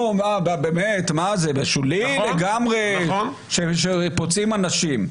שולי לגמרי שפוצעים אנשים.